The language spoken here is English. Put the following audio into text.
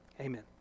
Amen